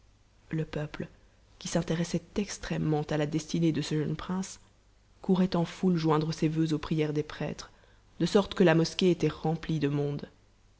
le peuple qui s'intéressait extrêmement à la destinée de ce jeune prince courait en foule joindre ses vœux aux prières des prêtres de sorte que la mosquée était remplie de monde